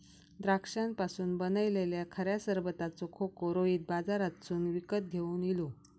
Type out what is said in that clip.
द्राक्षांपासून बनयलल्या खऱ्या सरबताचो खोको रोहित बाजारातसून विकत घेवन इलो